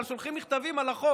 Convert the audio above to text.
אבל שולחים מכתבים על החוק,